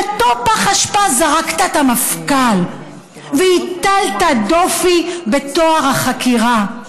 לאותו פח אשפה זרקת את המפכ"ל והטלת דופי בטוהר החקירה.